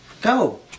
Go